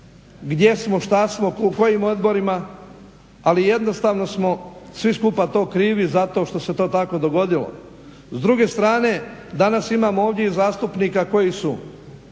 gdje smo, šta smo u kojim odborima ali jednostavno smo svi skupa krivi zato što se to tako dogodilo. S druge srane danas imamo ovdje i zastupnika koji su